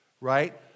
right